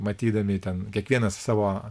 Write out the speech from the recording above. matydami ten kiekvienas savo